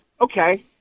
Okay